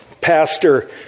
Pastor